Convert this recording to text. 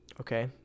Okay